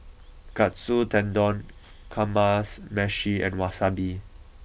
Katsu Tendon Kamameshi and Wasabi